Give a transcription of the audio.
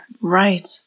Right